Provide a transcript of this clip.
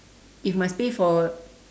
if must pay for